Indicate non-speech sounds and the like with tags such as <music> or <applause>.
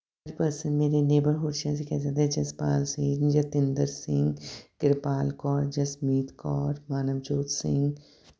ਕੁਝ ਪਰਸਨ ਮੇਰੇ <unintelligible> ਜਸਪਾਲ ਸਿੰਘ ਜਤਿੰਦਰ ਸਿੰਘ ਕਿਰਪਾਲ ਕੌਰ ਜਸਮੀਤ ਕੌਰ ਮਾਨਵਜੋਤ ਸਿੰਘ